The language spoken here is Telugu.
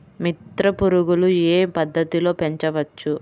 మిత్ర పురుగులు ఏ పద్దతిలో పెంచవచ్చు?